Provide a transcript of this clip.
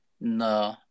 No